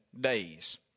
days